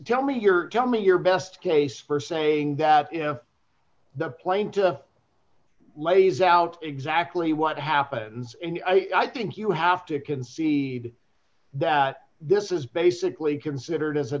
tell me your tell me your best case for saying that if the plaintiff lays out exactly what happens and i think you have to concede that this is basically considered as a